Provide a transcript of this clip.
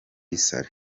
saleh